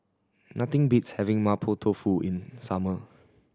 nothing beats having Mapo Tofu in summer